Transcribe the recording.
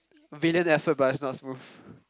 valiant effort but is not smooth